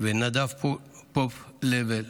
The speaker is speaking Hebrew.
ונדב פופלוול,